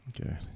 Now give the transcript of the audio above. Okay